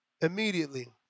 immediately